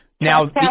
Now